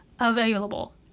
available